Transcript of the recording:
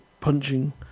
punching